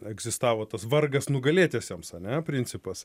egzistavo tas vargas nugalėtiesiems ane principas